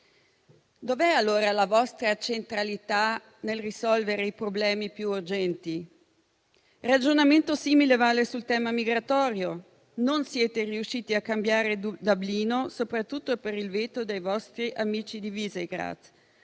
Dov'è allora la vostra centralità nel risolvere i problemi più urgenti? Un ragionamento simile vale sul tema migratorio: non siete riusciti a cambiare Dublino, soprattutto per il veto dei vostri amici di Visegrád.